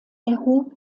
erhob